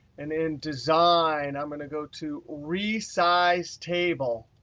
and in design, i'm going to go to re-size table.